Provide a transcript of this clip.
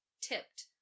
tipped